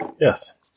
Yes